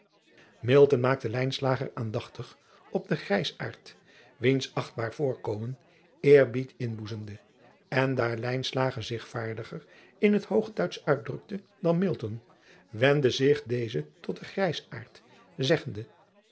maakte aandachtig op den grijsaard wiens achtbaar voorkomen eerbied inboezemde en daar zich vaardiger in het oogduitsch uitdrukte dan wendde zich deze tot den grijsaard zeggende